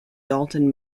dalton